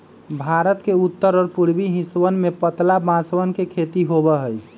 भारत के उत्तर और पूर्वी हिस्सवन में पतला बांसवन के खेती होबा हई